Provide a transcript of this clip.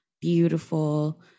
beautiful